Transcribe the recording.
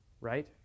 right